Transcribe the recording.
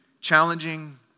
challenging